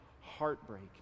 heartbreak